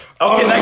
Okay